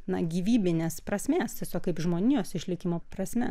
na gyvybinės prasmės tiesiog kaip žmonijos išlikimo prasme